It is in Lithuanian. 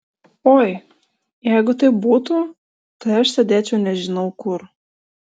oi jeigu taip būtų tai aš sėdėčiau nežinau kur